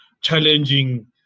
challenging